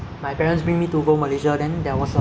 a malay auntie cooking this